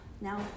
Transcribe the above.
Now